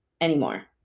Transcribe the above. anymore